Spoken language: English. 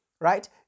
right